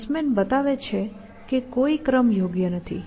Sussman બતાવે છે કે કોઈ ક્રમ યોગ્ય નથી